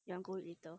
you want go eat later